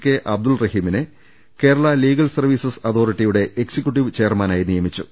K Abdul റഹീ മിനെ Kerala legal service അതോറിറ്റിയുടെ എക്സിക്യൂട്ടീവ് ചെയർമാ നായി നിയമിച്ചു